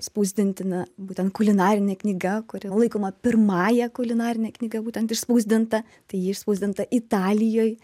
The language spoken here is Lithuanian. spausdintinė būten kulinarinė knyga kuri laikoma pirmąja kulinarine knyga būtent išspausdinta tai ji išspausdinta italijoj